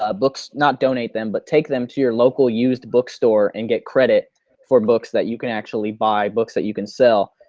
ah not donate them but take them to your local used book store and get credit for books that you can actually buy books that you can sell.